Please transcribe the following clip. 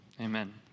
Amen